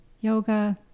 yoga